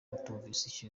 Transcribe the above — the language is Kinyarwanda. batumvise